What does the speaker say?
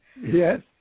Yes